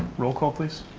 roll call, please.